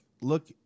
look